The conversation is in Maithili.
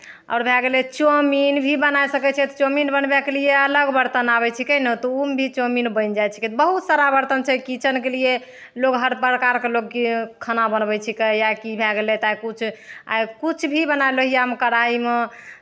आओर भए गेलै चाउमीन भी बनाए सकै छै तऽ चाउमीन बनबैके लिए अलग बरतन आबै छिकै ने तऽ ओहिमे भी चाउमीन बनि जाइ छिकै बहुत सारा बरतन छै किचनके लिए लोग हर प्रकारके लोग की खाना बनबै छिकै या कि भए गेलै तऽ आइ किछु आइ किछु भी बनाए लोहियामे कड़ाहीमे